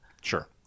Sure